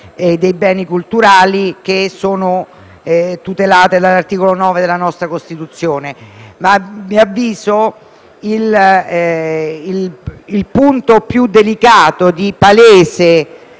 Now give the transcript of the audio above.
e dei beni culturali, garantite dall'articolo 9 della nostra Costituzione. A mio avviso, il punto più delicato e di palese